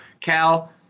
Cal